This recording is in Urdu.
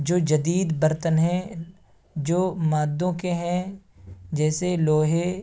جو جدید برتن ہیں جو مادوں کے ہیں جیسے لوہے